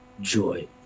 joy